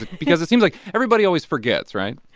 because it seems like everybody always forgets, right?